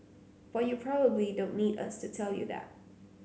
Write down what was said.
but you probably don't need us to tell you that